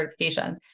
certifications